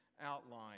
outline